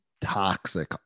toxic